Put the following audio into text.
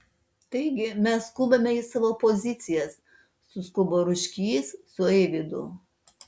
taigi mes skubame į savo pozicijas suskubo ruškys su eivydu